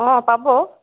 অঁ পাব